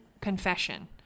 confession